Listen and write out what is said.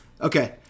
okay